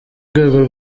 rwego